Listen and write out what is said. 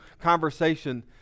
conversation